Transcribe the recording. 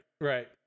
right